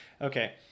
Okay